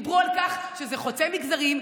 דיברו על כך שזה חוצה מגזרים,